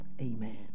Amen